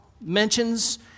mentions